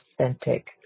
authentic